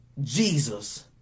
Jesus